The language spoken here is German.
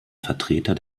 vertreter